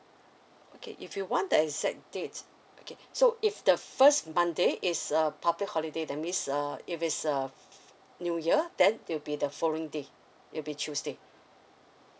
okay if you want the exact date okay so if the first monday is a public holiday that means uh if it's a new year then it'll be the following day it'll be tuesday